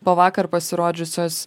po vakar pasirodžiusios